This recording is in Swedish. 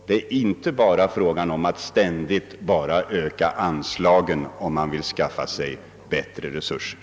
Det går inte att bara ständigt öka anslagen, om man vill skaffa mera resurser.